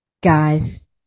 guys